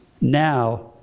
now